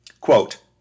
Quote